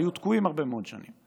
והיו תקועים הרבה מאוד שנים: